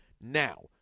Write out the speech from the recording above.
Now